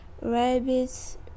Rabbits